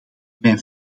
mijn